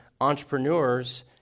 entrepreneurs